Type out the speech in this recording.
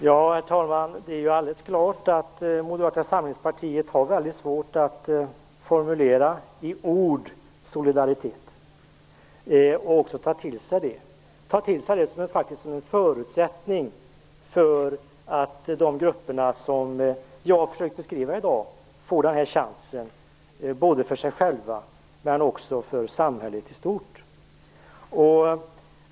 Herr talman! Det är alldeles klart att Moderata samlingspartiet har väldigt svårt att i ord formulera solidaritet och ta till sig det som en förutsättning för att de grupper som jag försökte beskriva i dag får chansen - till gagn både för dem själva och för samhället i stort.